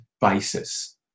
basis